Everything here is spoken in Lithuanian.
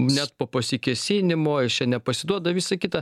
net po pasikėsinimo jis čia nepasiduoda visa kita